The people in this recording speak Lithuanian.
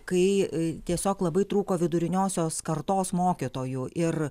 kai tiesiog labai trūko viduriniosios kartos mokytojų ir